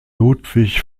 ludwig